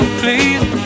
please